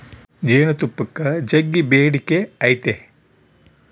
ಜೇನುತುಪ್ಪಕ್ಕ ಜಗ್ಗಿ ಬೇಡಿಕೆ ಐತೆ